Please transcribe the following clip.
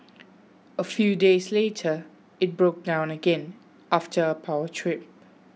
a few days later it broke down again after a power trip